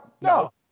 No